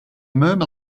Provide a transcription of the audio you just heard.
murmur